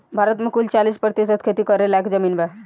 भारत मे कुल चालीस प्रतिशत खेती करे लायक जमीन बा